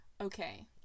Okay